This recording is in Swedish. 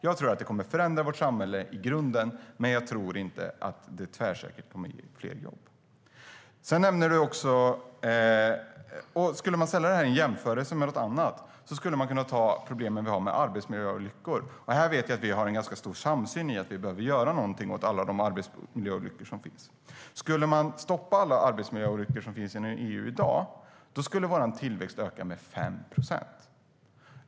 Jag tror att det kommer att förändra vårt samhälle i grunden, men jag tror inte att det tvärsäkert kommer att ge fler jobb. Man skulle kunna jämföra med något annat, till exempel problemen med arbetsmiljöolyckor. Jag vet att vi har en stor samsyn om att vi behöver göra något åt dem. Om man skulle stoppa alla arbetsmiljöolyckor som finns i EU i dag skulle vår tillväxt öka med 5 procent.